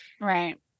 Right